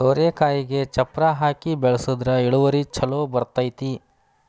ಸೋರೆಕಾಯಿಗೆ ಚಪ್ಪರಾ ಹಾಕಿ ಬೆಳ್ಸದ್ರ ಇಳುವರಿ ಛಲೋ ಬರ್ತೈತಿ